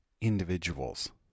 individuals